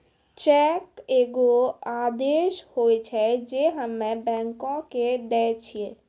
cheque एगो आदेश होय छै जे हम्मे बैंको के दै छिये